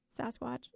Sasquatch